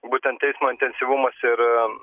būtent eismo intensyvumas ir